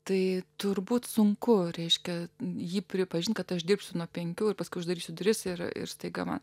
tai turbūt sunku reiškia jį pripažinti kad aš dirbsiu nuo penkių ir paskui uždarysiu duris ir ir staiga man